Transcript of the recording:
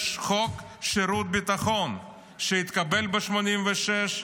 יש חוק שירות ביטחון שהתקבל ב-1986,